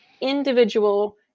individual